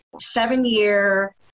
seven-year